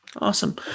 Awesome